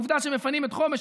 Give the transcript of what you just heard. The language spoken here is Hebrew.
העובדה שמפנים את חומש,